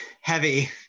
heavy